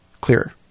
clearer